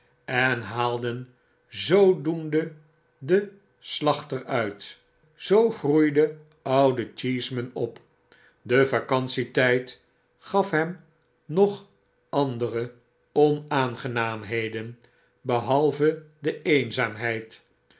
en haalden zoodoende den slachter uit zoo groeide oude cheeseman op de vacantietijd gaf hem nog andere onaangenaamheden behalve de eenzaamheid